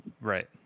Right